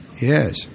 yes